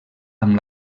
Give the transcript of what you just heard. amb